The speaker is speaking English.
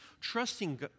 trusting